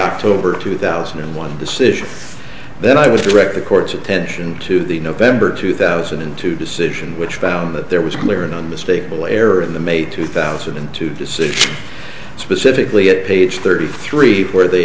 october two thousand and one decision then i was direct the court's attention to the november two thousand and two decision which found that there was a clear and unmistakable error in the may two thousand and two decision specifically at page thirty three where they